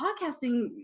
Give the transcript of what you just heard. podcasting